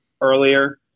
earlier